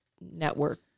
network